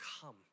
come